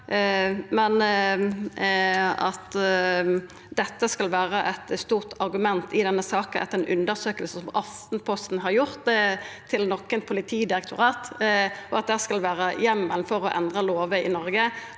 det. Om dette skal vera eit stort argument i denne saka etter ei undersøking som Aftenposten har gjort i nokre politidirektorat, og at det skal vera heimel for å endra lover i Noreg